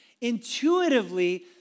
Intuitively